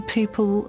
people